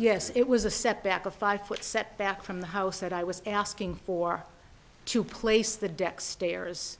yes it was a set back a five foot set back from the house that i was asking for to place the deck stairs